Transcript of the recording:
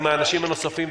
עם האנשים הנוספים,